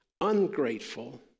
Ungrateful